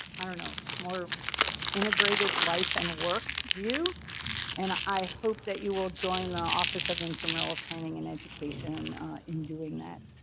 i don't know, more integrated life and work view and i hope that you will join the office of intramural training and education in doing that.